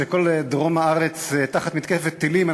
כשכל דרום הארץ תחת מתקפת טילים,